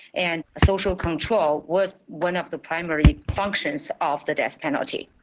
and social control was one of the primary functions of the death penalty.